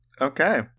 Okay